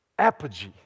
Apogee